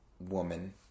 woman